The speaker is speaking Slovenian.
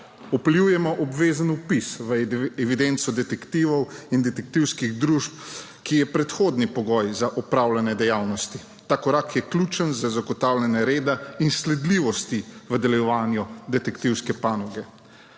Vpeljujemo obvezen vpis v evidenco detektivov in detektivskih družb, ki je predhodni pogoj za opravljanje dejavnosti. Ta korak je ključen za zagotavljanje reda in sledljivosti v delovanju detektivske panoge.